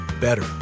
better